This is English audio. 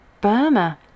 Burma